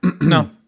no